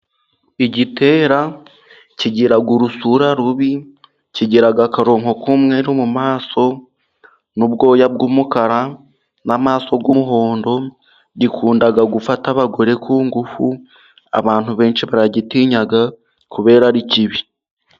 Igitera kigira urusura rubi, kigira akaronko k'umweru mu maso, n'ubwoya bw'umukara, n'amaso y'umuhondo, gikunda gufata abagore ku ngufu, abantu benshi baragitinya kubera ari kibi.